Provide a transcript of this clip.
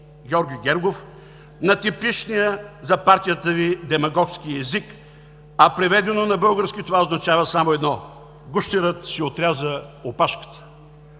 Георги Гергов, на типичния за партията Ви демагогски език, а преведено на български това означава само едно: „Гущерът си отряза опашката!“.